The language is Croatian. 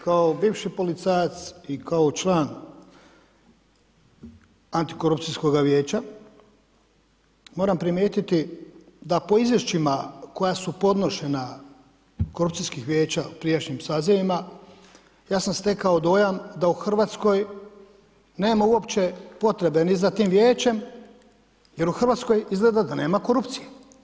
Kao bivši policajac i kao član antikorupcijskoga vijeća, moram primijetiti da po izvješćima koja su podnošenja korupcijskih vijeća u prijašnjim sazivima, ja sam stekao dojam da u Hrvatskoj, nema uopće potrebe ni za tim vijećem, jer u Hrvatskoj, izgleda da nema korupcije.